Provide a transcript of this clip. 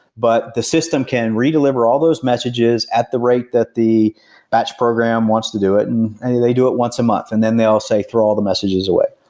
but the system can redeliver all those messages at the rate that the batch program wants to do it and and they do it once a month and then they all say throw all the messages away.